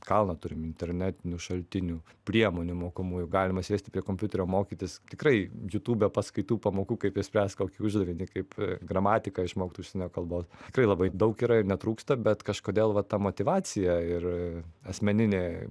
kalną turim internetinių šaltinių priemonių mokomųjų galima sėsti prie kompiuterio mokytis tikrai youtube paskaitų pamokų kaip išspręst kokį uždavinį kaip gramatiką išmokt užsienio kalbos tikrai labai daug yra ir netrūksta bet kažkodėl va ta motyvacija ir asmeninė